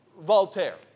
Voltaire